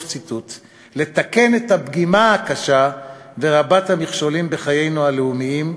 לתקן את הפגימה הקשה ורבת המכשולים בחיינו הלאומיים: